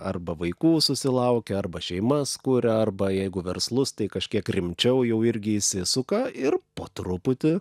arba vaikų susilaukia arba šeimas kuria arba jeigu verslus tai kažkiek rimčiau jau irgi įsisuka ir po truputį